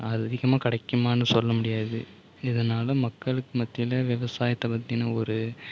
அது அதிகமாக கிடைக்குமானு சொல்ல முடியாது இதனால் மக்களுக்கு மத்தியில் விவசாயத்தை பற்றின ஒரு